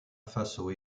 faso